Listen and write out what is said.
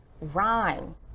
rhyme